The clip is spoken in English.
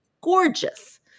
gorgeous